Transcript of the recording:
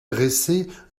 dresser